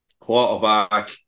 quarterback